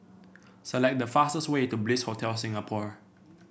select the fastest way to Bliss Hotel Singapore